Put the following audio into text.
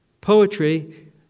Poetry